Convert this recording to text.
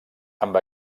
amb